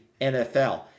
NFL